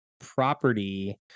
property